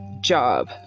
job